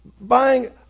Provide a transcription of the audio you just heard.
buying